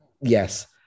yes